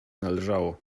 należało